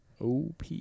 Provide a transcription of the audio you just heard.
OP